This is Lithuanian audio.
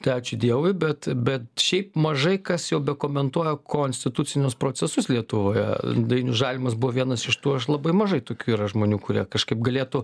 tai ačiū dievui bet bet šiaip mažai kas jau be komentuoja konstitucinius procesus lietuvoje dainius žalimas buvo vienas iš tų aš labai mažai tokių yra žmonių kurie kažkaip galėtų